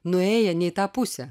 nuėję ne į tą pusę